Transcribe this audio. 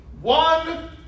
one